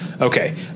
Okay